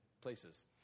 places